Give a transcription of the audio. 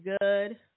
good